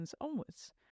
onwards